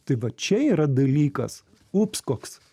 tai va čia yra dalykas ups koks